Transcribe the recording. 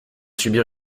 subir